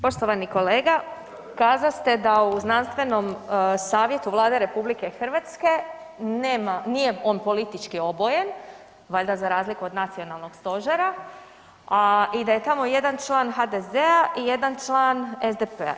Poštovani kolega, kazaste da u znanstvenom savjetu Vlade Republike Hrvatske nema, nije on politički obojen valjda za razliku od nacionalnog stožera, a i da je tamo jedan član HDZ-a i jedan član SDP-a.